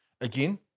again